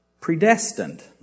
predestined